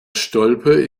stolpe